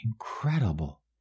incredible